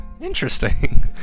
interesting